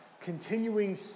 continuing